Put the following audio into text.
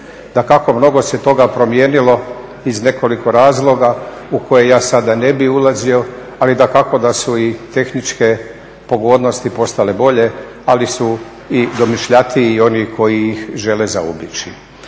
Dakako mnogo se toga promijenilo iz nekoliko razloga u koje ja sada ne bih ulazio ali dakako da su i tehničke pogodnosti postale bolje ali su i domišljatiji oni koji ih žele zaobići.